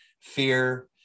fear